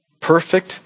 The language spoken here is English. perfect